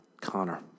Connor